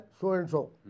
so-and-so